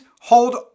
hold